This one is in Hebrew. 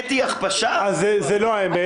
זה לא האמת.